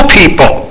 people